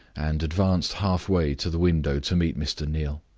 and advanced half-way to the window to meet mr. neal.